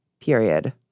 period